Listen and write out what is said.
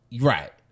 Right